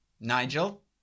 Nigel